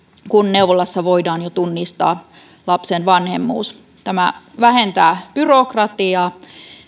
kun neuvolassa voidaan jo tunnistaa lapsen vanhemmuus tämä vähentää byrokratiaa